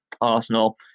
Arsenal